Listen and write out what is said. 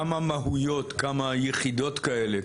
כמה יחידות כאלה,